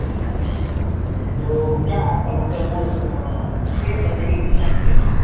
اچھا اچھا تو کیا آپ کا وہ اسپیس بتایے کتنا اسپیس ہے